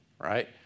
right